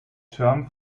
term